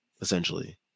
essentially